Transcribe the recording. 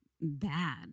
bad